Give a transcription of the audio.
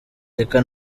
reka